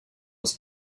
was